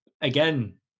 again